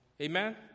Amen